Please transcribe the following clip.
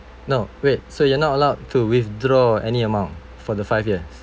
no wait so you're not allowed to withdraw any amount for the five years